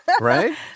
Right